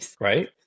right